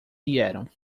vieram